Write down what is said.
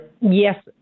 Yes